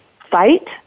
fight